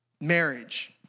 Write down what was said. Marriage